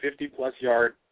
50-plus-yard